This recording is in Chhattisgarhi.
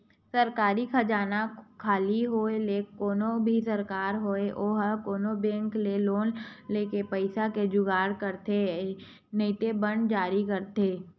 सरकारी खजाना खाली होय ले कोनो भी सरकार होय ओहा कोनो बेंक ले लोन लेके पइसा के जुगाड़ करथे नइते बांड जारी करथे